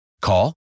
Call